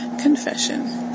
confession